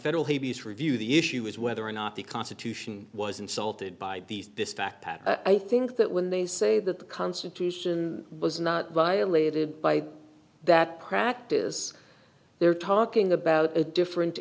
federal habeas review the issue is whether or not the constitution was insulted by these this fact i think that when they say that the constitution was not violated by that practice they're talking about a different